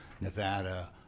Nevada